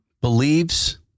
believes